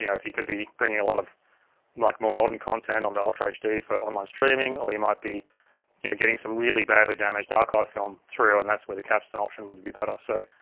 yeah if you could be bringing a lot of like more modern content onto ultra hd for online streaming, or you might be yeah getting some really badly damaged archive film through and that's where the capstan option would be better. so,